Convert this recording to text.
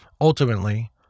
Ultimately